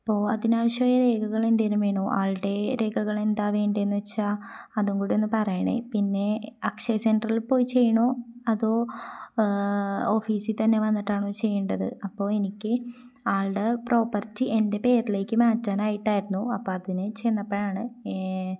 അപ്പോൾ അതിനാവശ്യമായ രേഖകൾ എന്തെങ്കിലും വേണോ ആളുടെ രേഖകൾ എന്താണ് വേണ്ടതെന്നു വെച്ചാൽ അതും കൂടി ഒന്നു പറയണേ പിന്നെ അക്ഷയ സെൻ്ററിൽ പോയി ചെയ്യണോ അതോ ഓഫീസിൽ തന്നെ വന്നിട്ടാണോ ചെയ്യേണ്ടത് അപ്പോൾ എനിക്ക് ആളുടെ പ്രോപ്പർട്ടി എൻ്റെ പേരിലേക്ക് മാറ്റാനായിട്ടായിരുന്നു അപ്പം അതിനു ചെന്നപ്പോഴാണ്